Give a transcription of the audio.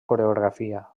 coreografia